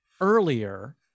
earlier